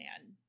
man